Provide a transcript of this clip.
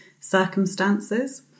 circumstances